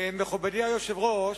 מכובדי היושב-ראש,